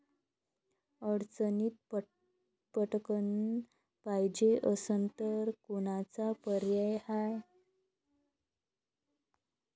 अडचणीत पटकण पायजे असन तर कोनचा पर्याय हाय?